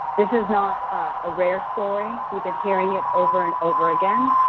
this is not a rare story. we've been hearing it over and over again.